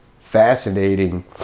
fascinating